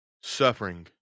Suffering